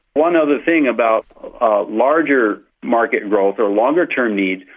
one other thing about larger market growth or longer term need,